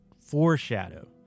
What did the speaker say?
foreshadow